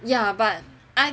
ya but I